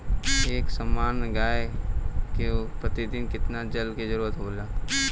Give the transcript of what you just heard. एक सामान्य गाय को प्रतिदिन कितना जल के जरुरत होला?